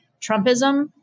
Trumpism